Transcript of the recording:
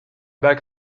back